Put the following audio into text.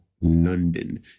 London